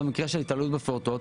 למשל, בסוג של ההתעללות בפעוטות,